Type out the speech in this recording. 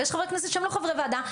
ויש חברי כנסת שהם לא חברי ועדה,